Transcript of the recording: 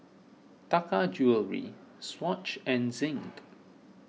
Taka Jewelry Swatch and Zinc